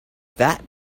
that